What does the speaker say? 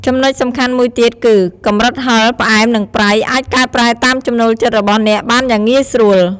ចំណុចសំខាន់មួយទៀតគឺ កម្រិតហឹរ ផ្អែម និងប្រៃ អាចកែប្រែតាមចំណូលចិត្តរបស់អ្នកបានយ៉ាងងាយស្រួល។